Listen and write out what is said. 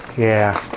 yeah.